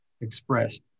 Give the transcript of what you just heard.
expressed